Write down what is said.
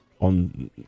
on